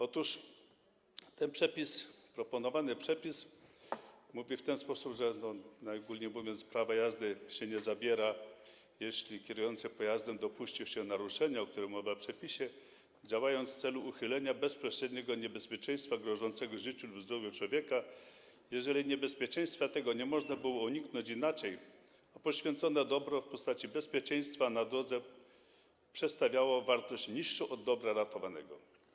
Otóż proponowany przepis mówi, najogólniej, że prawa jazdy się nie zabiera, jeśli kierujący pojazdem dopuścił się naruszenia, o którym mowa w przepisie, działając w celu uchylenia bezpośredniego niebezpieczeństwa grożącego życiu lub zdrowiu człowieka, jeżeli niebezpieczeństwa tego nie można było uniknąć inaczej, a poświęcone dobro w postaci bezpieczeństwa na drodze przedstawiało wartość niższą od dobra ratowanego.